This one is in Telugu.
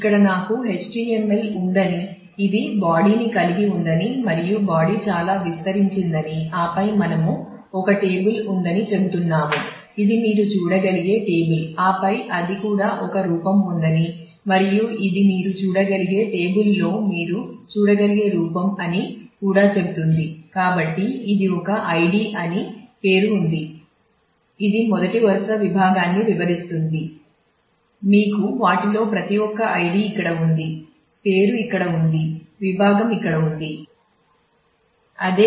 ఇక్కడ నాకు HTML ఉందని ఇది బాడీ